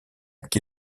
qui